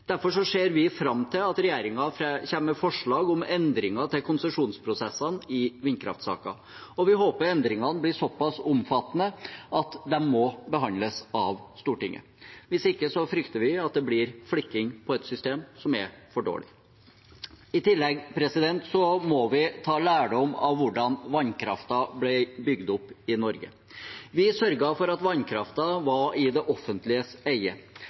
Derfor ser vi fram til at regjeringen kommer med forslag til endringer i konsesjonsprosessene i vindkraftsaker. Vi håper endringene blir såpass omfattende at de må behandles av Stortinget. Hvis ikke frykter vi at det blir flikking på et system som er for dårlig. I tillegg må vi ta lærdom av hvordan vannkraften ble bygd opp i Norge. Vi sørget for at vannkraften var i det offentliges eie,